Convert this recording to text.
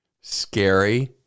Scary